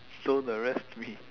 so the rest we